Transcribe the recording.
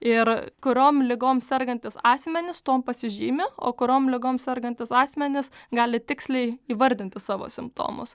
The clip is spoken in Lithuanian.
ir kuriom ligom sergantys asmenys tuom pasižymi o kuriom ligom sergantys asmenys gali tiksliai įvardinti savo simptomus